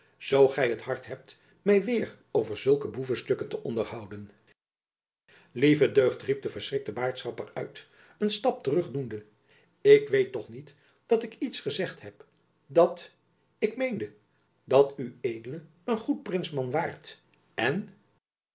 zoo gy t hart hebt my weêr over zulke boevestukken te onderhouden lieve deugd riep de verschrikte baardschrapper uit een stap terugdoende ik weet toch niet dat ik iets gezegd heb dat ik meende dat ued een goed prinsman waart en